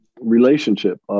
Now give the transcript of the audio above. relationship